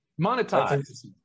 Monetize